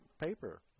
paper